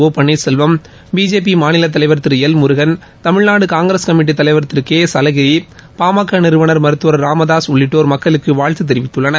ஒ Panneerselvam BJP மாநில தலைவர் Thiru L Murugan Tamil Nadu Congress committee தலைவர் திரு கே எஸ் அழகிரி பா ம க நிறுவனர் மருத்துவர் திரு ராமதாஸ் உள்ளிட்டோர் மக்களுக்கு வாழ்த்து தெரிவித்துள்ளனர்